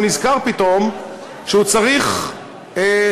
הוא נזכר שהוא צריך להיבחן.